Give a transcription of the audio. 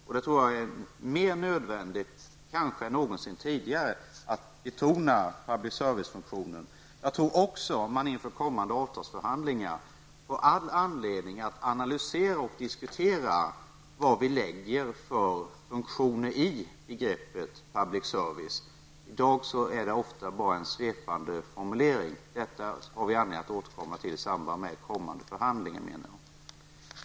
Jag tror det är mer nödvändigt än någonsin tidigare att betona denna funktion. Jag tror också att vi inför kommande avtalsförhandlingar får all anledning att analysera och diskutera vad vi lägger i begreppet public service. I dag är det ofta bara en svepande formulering. Detta har vi anledning återkomma till i samband med den kommande förhandlingen.